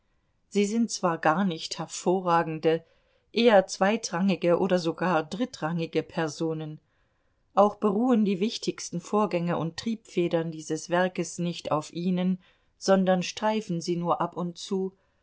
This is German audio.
sie sind zwar gar nicht hervorragende eher zweitrangige oder sogar drittrangige personen auch beruhen die wichtigsten vorgänge und triebfedern dieses werkes nicht auf ihnen sondern streifen sie nur ab und zu